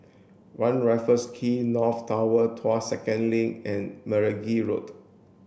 One Raffles Quay North Tower Tuas Second Link and Meragi Road